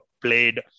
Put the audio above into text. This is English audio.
played